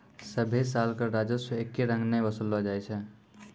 सभ्भे साल कर राजस्व एक्के रंग नै वसूललो जाय छै